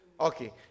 Okay